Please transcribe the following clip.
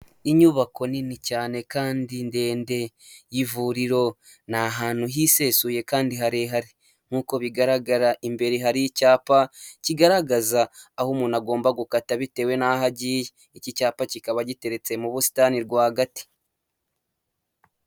Inyubako nini cyane kandi ndende y'ivuriro, ni ahantu hisesuye kandi harehare nk'uko bigaragara imbere hari icyapa, kigaragaza aho umuntu agomba gukata bitewe n'aho agiye, iki cyapa kikaba gitereretse mu busitani rwagati.